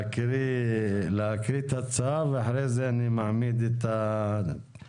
להקריא את ההצעה ואחרי זה אני מעמיד להצבעה.